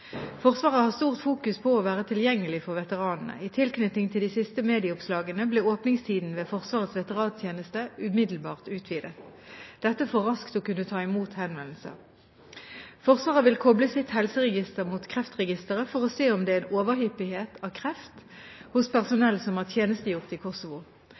Forsvaret har stort fokus på å være tilgjengelig for veteranene. I tilknytning til de siste medieoppslagene ble åpningstiden ved Forsvarets veterantjeneste umiddelbart utvidet for raskt å kunne ta imot henvendelser. Forsvaret vil koble sitt helseregister mot kreftregisteret for å se om det er en overhyppighet av kreft hos personell som har tjenestegjort i Kosovo.